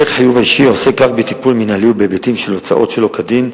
1. הליך החיוב האישי עוסק רק בטיפול מינהלי בהיבטים של הוצאות שלא כדין,